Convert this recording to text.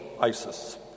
ISIS